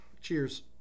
Cheers